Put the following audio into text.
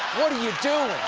what are you doing?